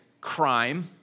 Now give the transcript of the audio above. crime